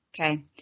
Okay